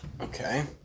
Okay